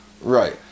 Right